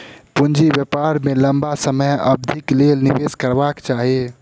पूंजी बाजार में लम्बा समय अवधिक लेल निवेश करबाक चाही